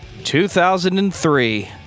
2003